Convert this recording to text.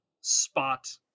spot